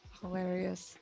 Hilarious